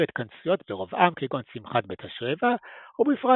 התכנסויות ברוב עם כגון שמחת בית השואבה ובפרט